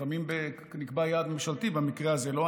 לפעמים נקבע יעד ממשלתי, במקרה הזה לא.